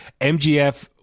mgf